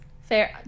fair